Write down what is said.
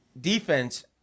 defense